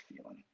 feeling